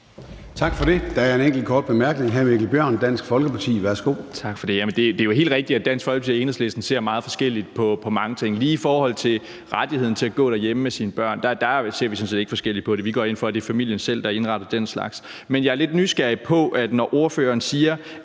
Tak for det. Der er en enkelt kort bemærkning fra hr. Mikkel Bjørn, Dansk Folkeparti. Værsgo. Kl. 17:20 Mikkel Bjørn (DF): Tak for det. Det er jo helt rigtigt, at Dansk Folkeparti og Enhedslisten ser meget forskelligt på mange ting. Lige i forhold til rettigheden til at gå derhjemme med sine børn ser vi sådan set ikke forskelligt på det. Vi går ind for, at det er familien selv, der indretter den slags. Men jeg er lidt nysgerrig på det, når ordføreren siger,